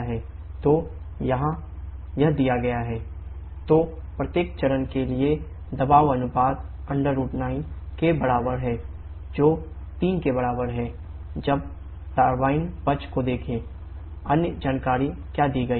तो यहाँ यह दिया गया है P4P18 तो प्रत्येक चरण के लिए दबाव अनुपात √9 के बराबर है जो 3 के बराबर है